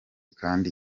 kandi